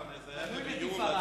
אורי אורבך.